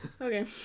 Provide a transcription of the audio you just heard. okay